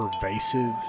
pervasive